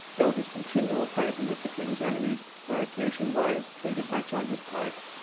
though his continual fighting with the king's enemies, where occasion was, pleaded much on his part.